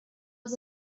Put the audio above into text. was